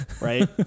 Right